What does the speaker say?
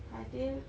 fadhil